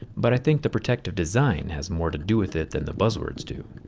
but i think the protective design has more to do with it than the buzzwords do.